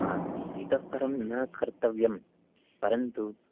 हा इतः परं न कर्तव्यं परन्तु